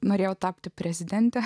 norėjau tapti prezidente